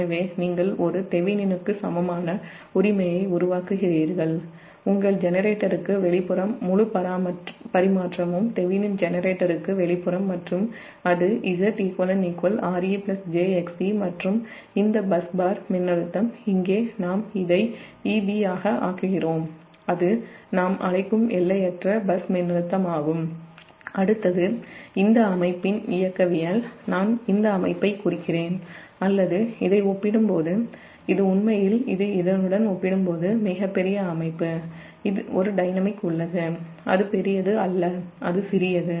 எனவே நீங்கள் ஒரு தெவெனினுக்கு சமமான உரிமையை உருவாக்குகிறீர்கள் உங்கள் ஜெனரேட்டருக்கு வெளிப்புறம் முழு பரிமாற்றமும் தெவெனின் ஜெனரேட்டருக்கு வெளிப்புறம் மற்றும் அது Zeq re j xe மற்றும் இந்த பஸ் பார் மின்னழுத்தம் இங்கே நாம் அதை EB ஆக ஆக்குகிறோம் அது நாம் அழைக்கும் எல்லையற்ற பஸ் மின்னழுத்தமாகும் அடுத்தது இந்த அமைப்பின் இயக்கவியல் நான் இந்த அமைப்பை குறிக்கிறேன் அல்லது இதை ஒப்பிடும்போது இது உண்மையில் மிகப் பெரிய அமைப்பு ஒரு டைனமிக் உள்ளது அது பெரியது அல்ல அது சிறியது